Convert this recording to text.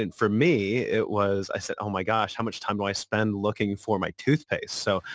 and for me, it was i said, oh, my gosh, how much time do i spend looking for my toothpaste. so,